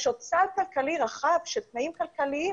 יש עוד סל כלכלי רחב של תנאים כלכליים